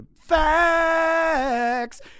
Facts